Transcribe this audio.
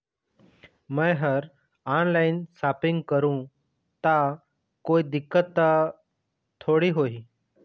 मैं हर online shopping करू ता कोई दिक्कत त थोड़ी होही?